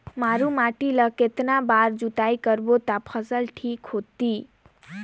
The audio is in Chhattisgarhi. मारू माटी ला कतना बार जुताई करबो ता फसल ठीक होती?